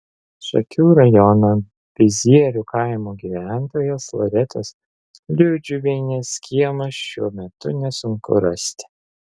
šakių rajono bizierių kaimo gyventojos loretos liudžiuvienės kiemą šiuo metu nesunku rasti